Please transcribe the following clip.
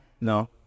No